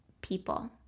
people